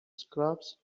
scraps